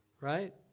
Right